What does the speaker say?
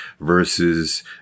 versus